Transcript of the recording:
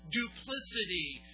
duplicity